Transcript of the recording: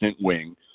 wing